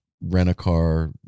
rent-a-car